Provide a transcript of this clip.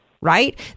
Right